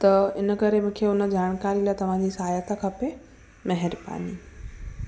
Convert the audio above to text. त इन करे मूंखे उन जानकारी लाइ तव्हांजी सहायता खपे महिरबानी